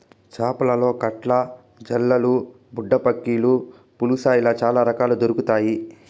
చేపలలో కట్ల, జల్లలు, బుడ్డపక్కిలు, పులస ఇలా చాల రకాలు దొరకుతాయి